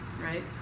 right